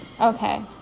okay